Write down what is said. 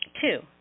Two